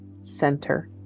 center